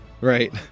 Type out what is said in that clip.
Right